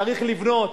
צריך לבנות,